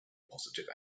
positive